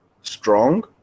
strong